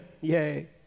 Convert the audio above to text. Yay